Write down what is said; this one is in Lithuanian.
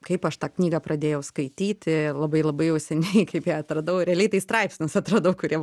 kaip aš tą knygą pradėjau skaityti labai labai jau seniai kaip ją atradau realiai tai straipsnius atradau kurie